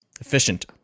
efficient